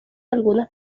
algunas